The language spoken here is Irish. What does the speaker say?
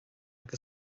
agus